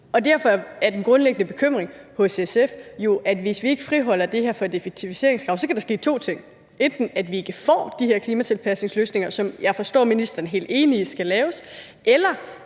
derfor er den grundlæggende bekymring hos SF jo, at hvis vi ikke friholder det her for et effektiviseringskrav, kan der ske to ting: Enten at vi ikke får de her klimatilpasningsløsninger, som jeg forstår at ministeren er helt enig i skal laves, eller